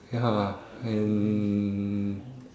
ya and